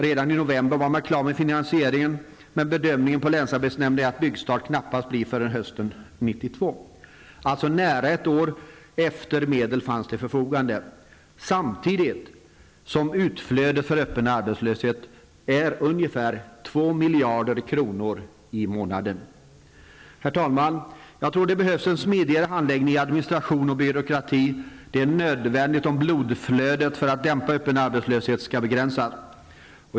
Redan i november var man klar med finansieringen, men bedömningen på länsarbetsnämnden är att det knappast blir byggstart förrän hösten 92. Alltså nära ett år efter att medel fanns till förfogande, detta samtidigt som utflödet för öppen arbetslöshet är ungefär 2 miljarder kronor i månaden. Herr talman! Jag tror det behövs en smidigare hantering när det gäller administration och byråkrati. Det är nödvändigt om ''blodflödet'' för att dämpa öppen arbetslöshet skall kunna begränsas.